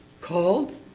called